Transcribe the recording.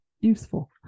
Useful